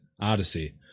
Odyssey